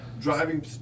driving